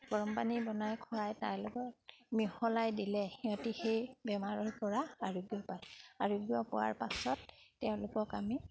গৰমপানী বনাই খুৱাই তাৰ লগত মিহলাই দিলে সিহঁতি সেই বেমাৰৰপৰা আৰোগ্য পায় আৰোগ্য় পোৱাৰ পাছত তেওঁলোকক আমি